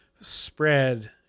spread